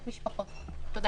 תודה